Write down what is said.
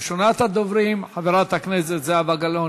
ראשונת הדוברים, חברת הכנסת זהבה גלאון,